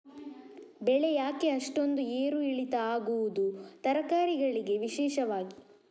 ಬೆಳೆ ಯಾಕೆ ಅಷ್ಟೊಂದು ಏರು ಇಳಿತ ಆಗುವುದು, ತರಕಾರಿ ಗಳಿಗೆ ವಿಶೇಷವಾಗಿ?